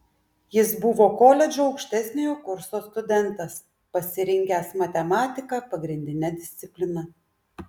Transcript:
jis buvo koledžo aukštesniojo kurso studentas pasirinkęs matematiką pagrindine disciplina